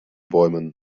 bäumen